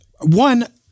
One